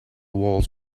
walls